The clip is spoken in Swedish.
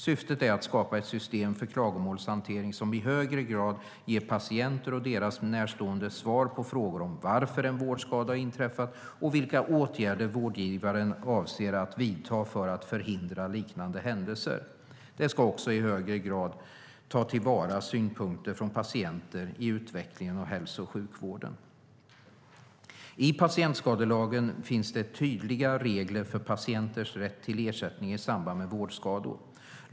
Syftet är att skapa ett system för klagomålshantering som i högre grad ger patienter och deras närstående svar på frågor om varför en vårdskada har inträffat och vilka åtgärder vårdgivaren avser att vidta för att förhindra liknande händelser. Det ska också i högre grad ta till vara synpunkter från patienter i utvecklingen av hälso och sjukvården. I patientskadelagen finns det tydliga regler för patienters rätt till ersättning i samband med vårdskador.